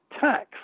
tax